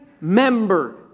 member